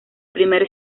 primer